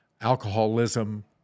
alcoholism